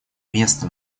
место